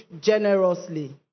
generously